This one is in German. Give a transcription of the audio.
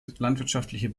landwirtschaftliche